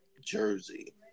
Jersey